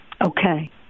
Okay